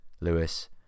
Lewis